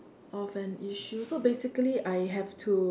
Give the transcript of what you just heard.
of an issue so basically I have to